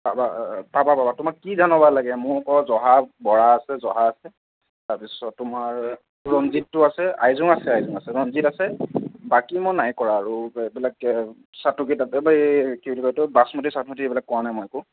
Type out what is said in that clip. পাবা পাবা পাবা তোমাক কি ধানৰ বা লাগে মোৰ ওচৰত জহা বৰা আছে জহা আছে তাৰ পিছত তোমাৰ ৰঞ্জিতো আছে আইজং আছে আইজং আছে ৰঞ্জিত আছে বাকী মই নাই কৰা আৰু এইবিলাক কে এই কি বুলি কয় বাচমতি চাচমতি এইবিলাক কৰা নাই মই একো